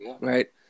Right